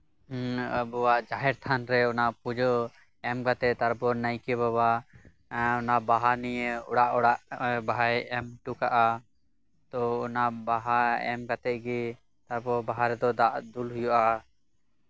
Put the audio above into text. ᱟᱵᱚᱣᱟ ᱡᱟᱦᱮᱨ ᱛᱷᱟᱱᱨᱮ ᱯᱩᱡᱟᱹ ᱮᱢ ᱠᱟᱛᱮᱜ ᱛᱟᱨᱯᱚᱨ ᱱᱟᱭᱠᱮ ᱵᱟᱵᱟ ᱚᱱᱟ ᱵᱟᱦᱟ ᱱᱤᱭᱮ ᱚᱲᱟᱜ ᱚᱲᱟᱜ ᱵᱟᱦᱟᱭ ᱮᱢ ᱦᱚᱴᱚ ᱠᱟᱜᱼᱟ ᱛᱚ ᱚᱱᱟ ᱵᱟᱦᱟ ᱮᱢ ᱠᱟᱛᱮᱜ ᱜᱮ ᱛᱟᱨᱯᱚᱨ ᱵᱟᱦᱟ ᱨᱮᱫᱚ ᱫᱟᱜ ᱫᱩᱞ ᱦᱩᱭᱩᱜᱼᱟ